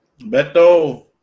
Beto